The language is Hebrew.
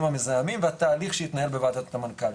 המזהמים והתהליך שהתנהל בוועדת המנכ"לים.